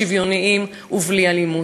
שוויוניים ובלי אלימות.